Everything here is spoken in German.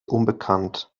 unbekannt